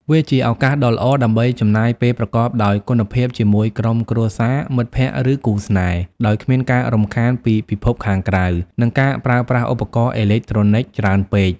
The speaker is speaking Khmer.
វាជាឱកាសដ៏ល្អដើម្បីចំណាយពេលប្រកបដោយគុណភាពជាមួយក្រុមគ្រួសារ មិត្តភ័ក្តិ ឬគូស្នេហ៍ ដោយគ្មានការរំខានពីពិភពខាងក្រៅ និងការប្រើប្រាស់ឧបករណ៍អេឡិចត្រូនិកច្រើនពេក។